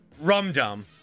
rum-dum